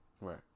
Right